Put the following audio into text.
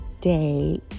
day